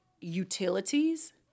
utilities